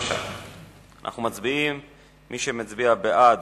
מי שמצביע בעד,